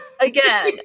Again